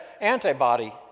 antibody